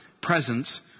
presence